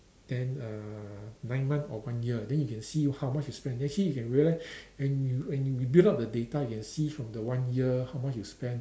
then uh nine month or one year then you can see how much you spend actually you can realise when you when you build up the data you can see from the one year how much you spend